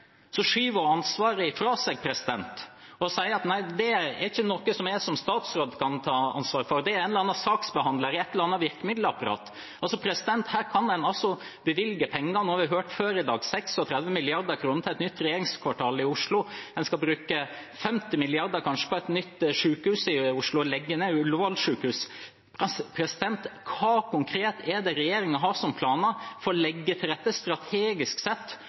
skyver hun ansvaret fra seg og sier at det er ikke noe jeg som statsråd kan ta ansvar for, det er en eller annen saksbehandler i et eller annet virkemiddelapparat. Her kan en bevilge penger, og nå har vi hørt før i dag om 36 mrd. kr til et nytt regjeringskvartal i Oslo. En skal bruke kanskje 50 mrd. kr på et nytt sykehus i Oslo og legge ned Ullevål sykehus. Hva konkret er det regjeringen har av planer for å legge til rette, strategisk sett,